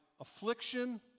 affliction